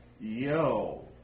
Yo